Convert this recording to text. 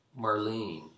Marlene